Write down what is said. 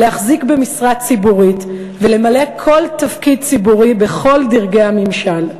להחזיק במשרה ציבורית ולמלא כל תפקיד ציבורי בכל דרגי הממשל".